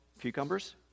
cucumbers